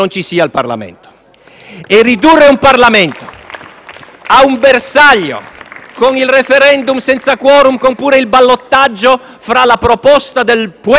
E ridurre un Parlamento a un bersaglio con il *referendum* senza *quorum* oppure con il ballottaggio tra la proposta del *pueblo*